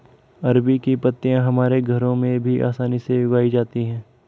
अरबी की पत्तियां हमारे घरों में भी आसानी से उगाई जाती हैं